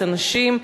את הנשים,